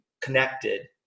connected